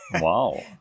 Wow